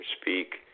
speak